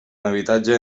habitatge